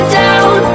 down